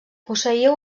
posseïa